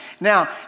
now